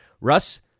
Russ